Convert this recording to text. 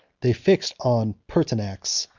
they fixed on pertinax,